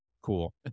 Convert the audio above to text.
cool